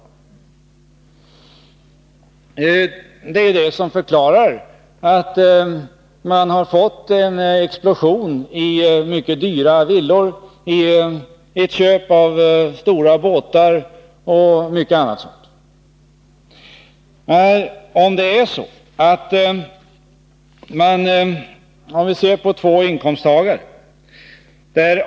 Det är detta som förklarar att det har skett en explosion i mycket dyra villor, dyra båtar m.m. Låt oss se på två inkomsttagare.